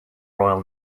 royal